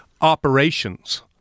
operations